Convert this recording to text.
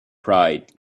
pride